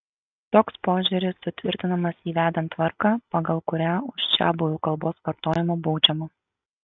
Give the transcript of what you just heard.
toks požiūris sutvirtinamas įvedant tvarką pagal kurią už čiabuvių kalbos vartojimą baudžiama